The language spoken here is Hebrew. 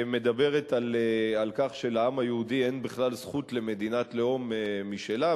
שמדברת על כך שלעם היהודי אין בכלל זכות למדינת לאום משלו,